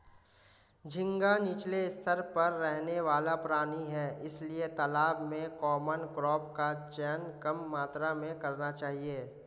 झींगा नीचले स्तर पर रहने वाला प्राणी है इसलिए तालाब में कॉमन क्रॉप का चयन कम मात्रा में करना चाहिए